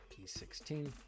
P16